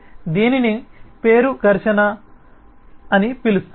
కాబట్టి దీనిని పేరు ఘర్షణ అని పిలుస్తారు